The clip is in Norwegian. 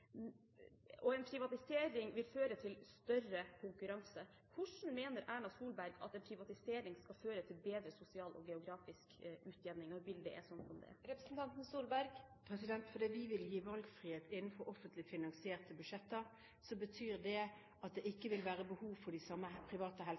og en privatisering vil føre til større konkurranse. Hvordan mener Erna Solberg at en privatisering skal føre til bedre sosial og geografisk utjevning når bildet er slik som det er? Fordi vi vil gi valgfrihet innenfor offentlig finansierte budsjetter, betyr det at det ikke